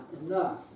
enough